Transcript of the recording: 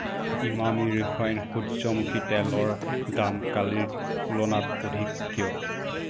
Emami refined সূৰ্য্যমুখী তেলৰ দাম কালিৰ তুলনাত অধিক কিয়